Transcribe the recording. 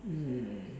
mm